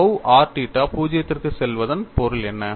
tau r தீட்டா 0 க்குச் செல்வதன் பொருள் என்ன